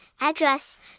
address